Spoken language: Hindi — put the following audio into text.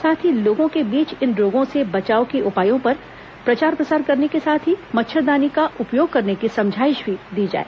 साथ ही लोगों के बीच इन रोगों से बचाव के उपायों का प्रचार प्रसार करने के साथ ही मच्छरदानी का उपयोग करने की समझाइश भी दी जाए